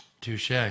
touche